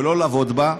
ולא לעבוד בה,